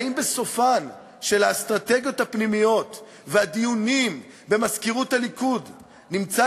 האם בסופן של האסטרטגיות הפנימיות והדיונים במזכירות הליכוד נמצא